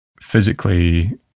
physically